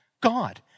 God